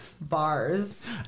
Bars